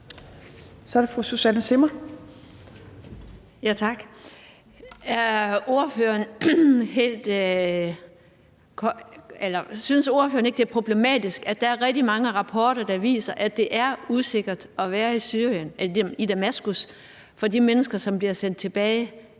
Kl. 15:21 Susanne Zimmer (FG): Tak. Synes ordføreren ikke, det er problematisk, at der er rigtig mange rapporter, der viser, at det er usikkert at være i Damaskus for de mennesker, som bliver sendt tilbage?